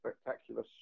spectacular